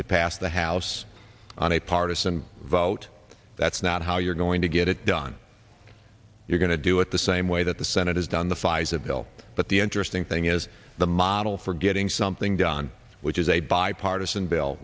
it passed the house on a partisan vote that's not how you're going to get it done you're going to do it the same way the senate has done the pfizer bill but the interesting thing is the model for getting something done which is a bipartisan bill